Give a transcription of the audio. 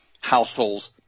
households